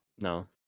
No